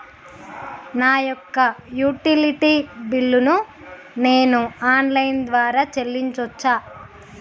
నా యొక్క utility bill ను నేను ఆన్ లైన్ ద్వారా చెల్లించొచ్చా?